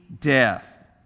death